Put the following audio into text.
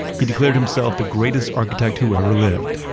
he declared himself the greatest architect who ever lived.